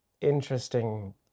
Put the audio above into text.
interesting